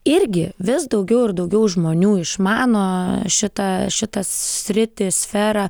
irgi vis daugiau ir daugiau žmonių išmano šitą šitą sritį sferą